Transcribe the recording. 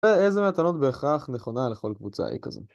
ואיזה מהטענות בהכרח נכונה לכל קבוצה A כזו.